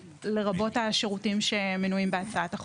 לרבות השירותים שמנויים בהצעת החוק.